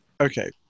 Okay